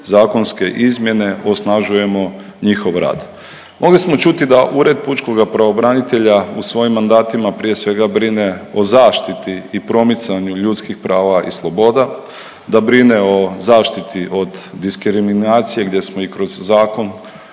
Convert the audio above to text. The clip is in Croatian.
zakonske izmjene osnažujemo njihov rad. Mogli smo čuti da Ured pučkoga pravobranitelja u svojim mandatima prije svega brine o zaštiti i promicanju ljudskih prava i sloboda, da brine o zaštiti od diskriminacije gdje smo i kroz zakon